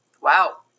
Wow